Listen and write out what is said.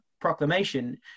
proclamation